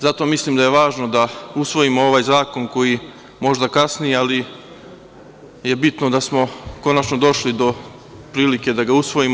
Zato mislim da je važno da usvojimo ovaj zakon koji možda kasni, ali je bitno da smo konačno došli do prilike da ga usvojimo.